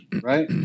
right